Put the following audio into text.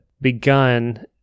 begun